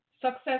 Success